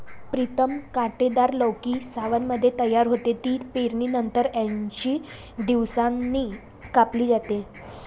प्रीतम कांटेदार लौकी सावनमध्ये तयार होते, ती पेरणीनंतर ऐंशी दिवसांनी कापली जाते